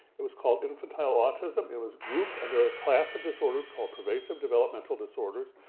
it was called infantile autism, it was grouped under a class of disorders called pervasive developmental disorders.